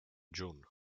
jun